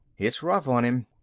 it's rough on him.